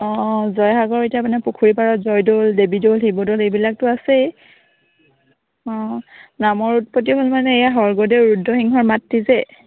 অঁ অঁ জয়সাগৰ এতিয়া মানে পুখুৰী পাৰত জয়দৌল দেৱীদৌল শিৱদৌল এইবিলাকতো আছেই অঁ নামৰ উৎপত্তিও মান মানে এই স্বৰ্গদেউ ৰুদ্ৰসিংহৰ মাতৃ যে